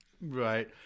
Right